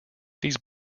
these